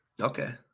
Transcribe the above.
Okay